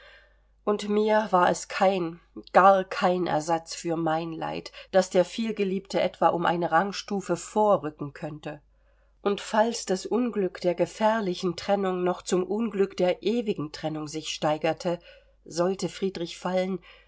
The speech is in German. und mir war es kein gar kein ersatz für mein leid daß der vielgeliebte etwa um eine rangstufe vorrücken könnte und falls das unglück der gefährlichen trennung noch zum unglück der ewigen trennung sich steigerte sollte friedrich fallen